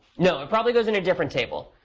no it probably goes in a different table.